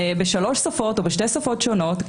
בשלוש שפות או בשתי שפות שונות,